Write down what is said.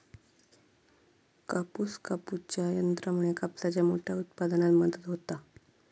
कापूस कापूच्या यंत्रामुळे कापसाच्या मोठ्या उत्पादनात मदत होता